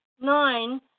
nine